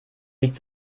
nicht